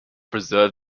preserve